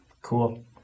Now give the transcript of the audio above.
Cool